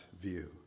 view